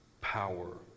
power